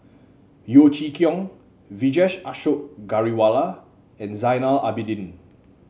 Yeo Chee Kiong Vijesh Ashok Ghariwala and Zainal Abidin